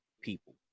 people